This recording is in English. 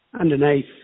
underneath